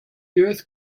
earth